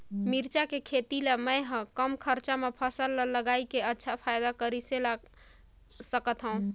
मिरचा के खेती ला मै ह कम खरचा मा फसल ला लगई के अच्छा फायदा कइसे ला सकथव?